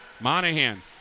Monahan